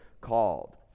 called